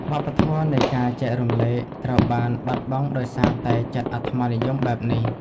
វប្បធម៌នៃការចែករំលែក ត្រូវបានបាត់បង់ដោយសារតែចិត្តអាត្មានិយមបែបនេះ។